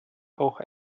auch